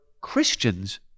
Christians